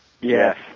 Yes